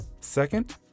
Second